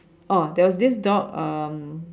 oh there was this dog um